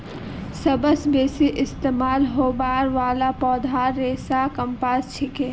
सबस बेसी इस्तमाल होबार वाला पौधार रेशा कपास छिके